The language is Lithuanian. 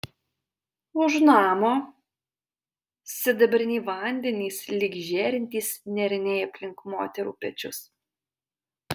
už namo sidabriniai vandenys lyg žėrintys nėriniai aplink moterų pečius